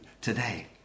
today